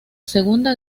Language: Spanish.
segunda